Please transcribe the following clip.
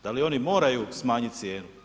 Da li oni moraju smanjiti cijenu?